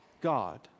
God